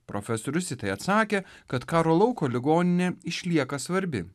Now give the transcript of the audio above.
profesorius į tai atsakė kad karo lauko ligoninė išlieka svarbi